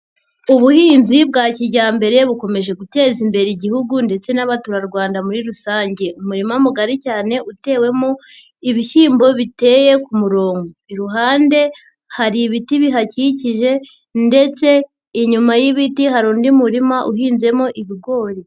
Ubuhinzi bwa kijyambere bukomeje guteza imbere Igihugu ndetse n'Abaturarwanda muri rusange, umurima mugari cyane utewemo ibishyimbo biteye ku murongo, iruhande hari ibiti bihakikije ndetse inyuma y'ibiti hari undi murima uhinzemo ibigori.